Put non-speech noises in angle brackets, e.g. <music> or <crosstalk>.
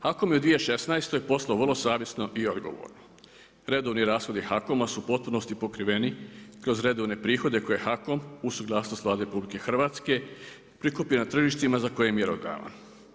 HAKOM je u 2016. poslovao vrlo savjesno i odgovorno. … <unintelligible> rashodi HAKOM su u potpunosti pokriveni kroz redovne prihode koje HAKOM u suglasnosti Vlade RH, prikuplja na tržištima za koje je mjerodavan.